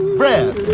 bread